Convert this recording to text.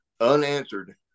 unanswered